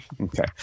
Okay